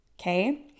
Okay